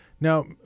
Now